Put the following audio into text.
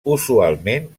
usualment